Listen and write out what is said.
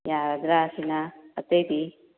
ꯌꯥꯔꯗ꯭ꯔꯥ ꯁꯤꯅ ꯑꯇꯩꯗꯤ